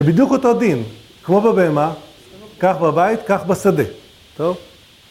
זה בדיוק אותו דין, כמו בבהמה, כך בבית, כך בשדה, טוב?